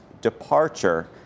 departure